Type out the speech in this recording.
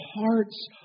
hearts